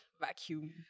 vacuum